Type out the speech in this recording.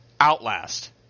Outlast